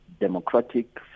democratic